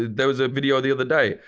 there was a video the other day.